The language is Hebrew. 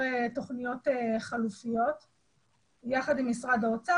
תוכניות חלופיות יחד עם משרד האוצר.